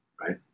right